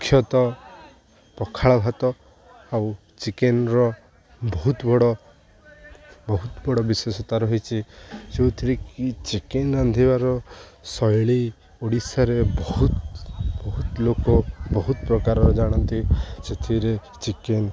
ମୁଖ୍ୟତଃ ପଖାଳ ଭାତ ଆଉ ଚିକେନର ବହୁତ ବଡ଼ ବହୁତ ବଡ଼ ବିଶେଷତା ରହିଛି ଯେଉଁଥିରେ କିି ଚିକେନ ରାନ୍ଧିବାର ଶୈଳୀ ଓଡ଼ିଶାରେ ବହୁତ ଲୋକ ବହୁତ ପ୍ରକାର ଜାଣନ୍ତି ସେଥିରେ ଚିକେନ